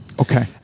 Okay